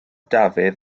dafydd